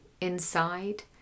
inside